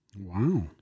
Wow